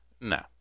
No